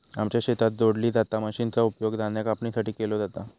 आमच्या शेतात जोडली जाता मशीनचा उपयोग धान्य कापणीसाठी केलो जाता